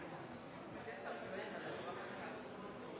Me er